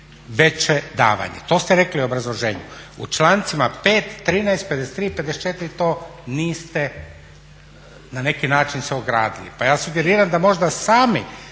veće davanje, to ste rekli u obrazloženju. U člancima 5., 13., 53. i 54. to niste na neki način se ogradili. Pa ja sugeriram da možda sami